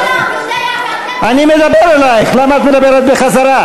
הפקעת אדמות, אני מדבר אלייך, למה את מדברת בחזרה?